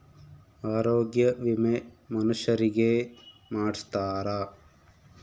ಆರೊಗ್ಯ ವಿಮೆ ಮನುಷರಿಗೇ ಮಾಡ್ಸ್ತಾರ